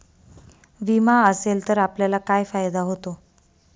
विमा असेल तर आपल्याला काय फायदा होतो?